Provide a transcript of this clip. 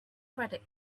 credit